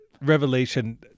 Revelation